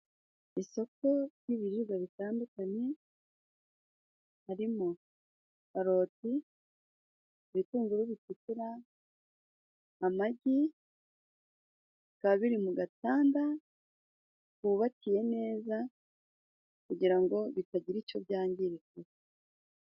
Isoko ry'ibiribwa bitandukanye, harimo karoti, ibitunguru bitukura, amagi. Bikaba biri mu agatanda bubakiyeye neza, kugirango bitagira icyo byangirika.